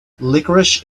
licorice